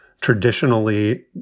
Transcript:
traditionally